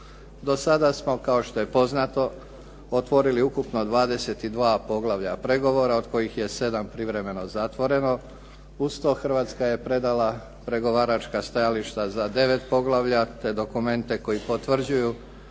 Do sada smo kao što je poznato otvorili ukupno 22 poglavlja pregovora od kojih je 7 privremeno zatvoreno. Uz to Hrvatska je predala pregovaračka stajališta za 9 poglavlja, te dokumente koji potvrđuju